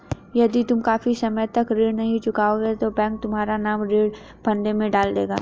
यदि तुम काफी समय तक ऋण नहीं चुकाओगे तो बैंक तुम्हारा नाम ऋण फंदे में डाल देगा